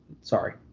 Sorry